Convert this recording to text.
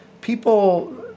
people